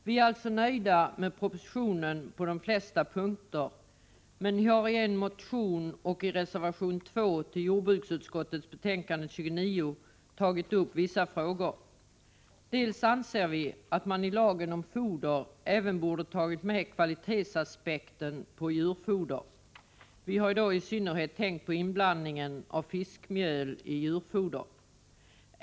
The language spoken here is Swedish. Vi är alltså nöjda med propositionen på de flesta punkter men har i en motion och i reservation 2 till jordbruksutskottets betänkande 29 tagit upp vissa frågor. Således anser vi att man i lagen om foder borde ha tagit med även kvalitetsaspekten på djurfoder. Vi har i synnerhet tänkt på inblandningen av fiskmjöli djurfoder.